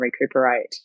recuperate